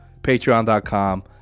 Patreon.com